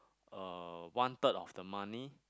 uh one third of the money